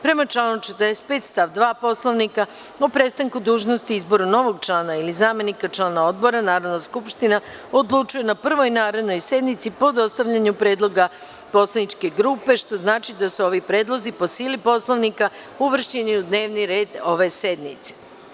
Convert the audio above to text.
Prema članu 45. stav 2. Poslovnika, o prestanku dužnosti i izboru novog člana ili zamenika člana odbora, Narodna skupština odlučuje na prvoj narednoj sednici po dostavljanju predloga poslaničke grupe, što znači da su ovi predlozi po sili Poslovnika uvršćeni u dnevni red ove sednice.